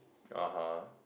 (uh huh)